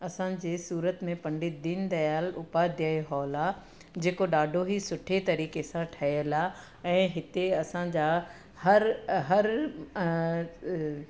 असांजे सूरत में पंडित दीनदयाल उपाध्याय हॉल आहे जेको ॾाढो ई सुठे तरीक़े सां ठहियलु आहे ऐं इते असांजा हर हर